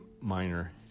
minor